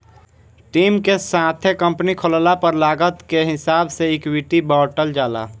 team के साथे company खोलला पर लागत के हिसाब से इक्विटी बॉटल जाला